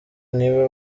niba